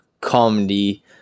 comedy